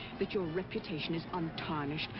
that your reputation is untarnished.